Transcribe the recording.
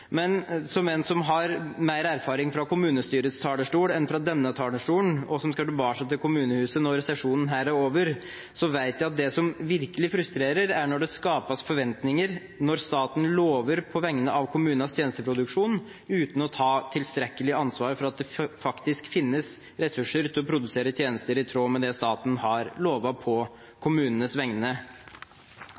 Men som en som har mer erfaring fra kommunestyrets talerstol enn fra denne talerstolen, og som skal tilbake til kommunehuset når denne sesjonen er over, vet jeg at det som virkelig frustrerer, er når det skapes forventninger, når staten lover på vegne av kommunenes tjenesteproduksjon, uten å ta tilstrekkelig ansvar for at det faktisk finnes ressurser til å produsere tjenester i tråd med det staten har lovet på kommunenes vegne.